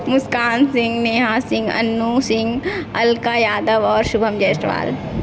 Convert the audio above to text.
मुस्कान सिंह नेहा सिंह अनु सिंह अलका यादव आओर शुभम जयसवाल